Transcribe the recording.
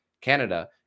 Canada